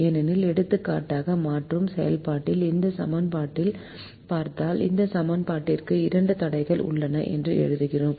ஏனெனில் எடுத்துக்காட்டாக மாற்றும் செயல்பாட்டில் இந்த சமன்பாட்டைப் பார்த்தால் இந்த சமன்பாட்டிற்கு இரண்டு தடைகள் உள்ளன என்று எழுதினோம்